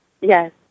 Yes